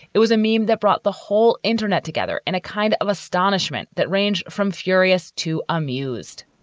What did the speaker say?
it was a meme that brought the whole internet together in a kind of astonishment that range from furious to amused.